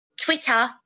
Twitter